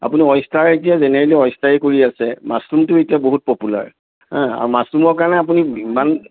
আপুনি অয়েষ্টাৰ এতিয়া যেনেৰেলি অয়েষ্টাৰেই কৰি আছে মাছৰুমটো এতিয়া বহুত পপুলাৰ আ আৰু মাছৰুমৰ কাৰণে আপুনি ইমান